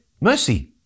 Mercy